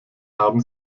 haben